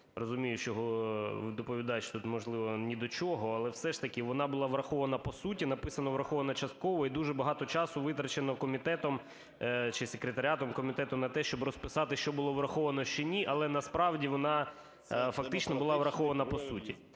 розумію, що доповідач тут, можливо, ні до чого, але все ж таки вона була врахована по суті, написано "врахована частково". І дуже багато часу витрачено комітетом чи секретаріатом комітету на те, щоб розписати, що було враховано, що ні, але насправді вона фактично була врахована по суті.